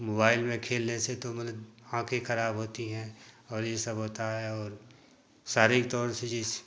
mobile में खेलने से तो मतलब आंखे खराब होती हैं और यह सब होता है और शारीरिक तौर से जैसे